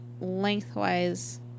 lengthwise